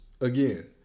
again